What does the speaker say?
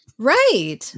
Right